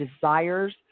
desires